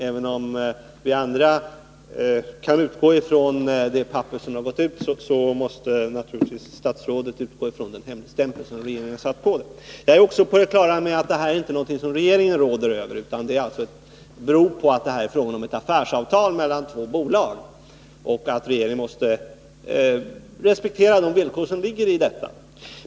Även om vi andra kan utgå ifrån det papper som nu gått ut, måste naturligtvis statsrådet utgå från det hemligstämplade materialet, Jag är också på det klara med att det inte är fråga om någonting som regeringen råder över. Här gäller det ett affärsavtal mellan två bolag, och regeringen måste respektera de villkor som ligger i detta.